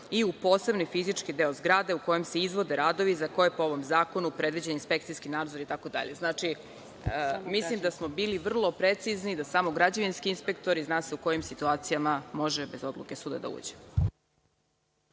i u posebne fizičke delove zgrade u kojima se izvode radovi, za koje je po ovom zakonu predviđen inspekcijski nadzor itd. Znači, mislim da smo bili vrlo precizni, da samo građevinski inspektor zna se u kojim situacijama, može bez odluke suda da uđe.